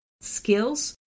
skills